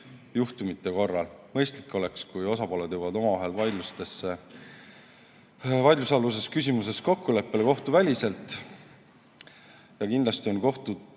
juhtumite korral. Mõistlik oleks, kui osapooled jõuavad omavahel vaidlusaluses küsimuses kokkuleppele kohtuväliselt. Kindlasti on kohtutele